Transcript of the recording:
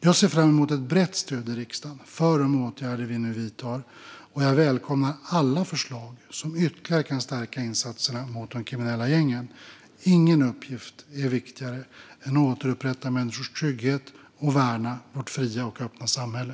Jag ser fram emot ett brett stöd i riksdagen för de åtgärder vi nu vidtar, och jag välkomnar alla förslag som ytterligare kan stärka insatserna mot de kriminella gängen. Ingen uppgift är viktigare än att återupprätta människors trygghet och värna vårt fria och öppna samhälle.